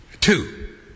Two